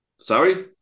sorry